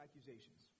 accusations